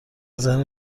ذهن